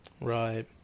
right